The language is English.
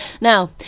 now